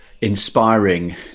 inspiring